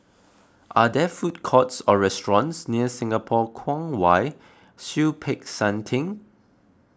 are there food courts or restaurants near Singapore Kwong Wai Siew Peck San theng